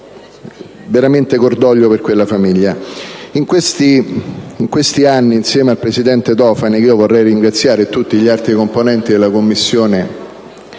e sincero cordoglio per quella famiglia. In questi anni, insieme al presidente Tofani - che vorrei ringraziare - e insieme a tutti gli altri componenti della Commissione